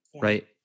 right